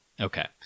Okay